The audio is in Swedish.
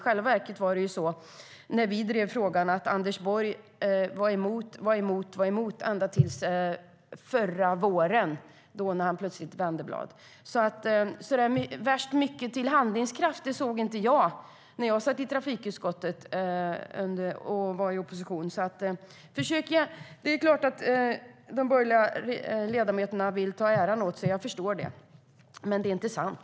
När vi drev frågan var Anders Borg hela tiden emot, ända till förra våren då han plötsligt vände. Så värst mycket till handlingskraft såg inte jag när jag satt i trafikutskottet och var i opposition. Jag förstår att de borgerliga ledamöterna vill ta åt sig äran, men det är inte sant.